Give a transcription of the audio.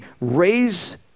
raise